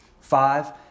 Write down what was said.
Five